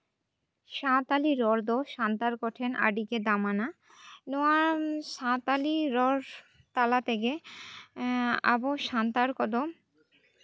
ᱥᱟᱱᱛᱟᱲᱤ ᱨᱚᱲ ᱫᱚ ᱥᱟᱱᱛᱟᱲ ᱠᱚᱴᱷᱮᱱ ᱟᱹᱰᱤᱜᱮ ᱫᱟᱢᱟᱱᱟ ᱱᱚᱣᱟ ᱥᱟᱱᱛᱟᱲᱤ ᱨᱚᱲ ᱛᱟᱞᱟ ᱛᱮᱜᱮ ᱟᱵᱚ ᱥᱟᱱᱛᱟᱲ ᱠᱚᱫᱚ